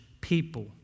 people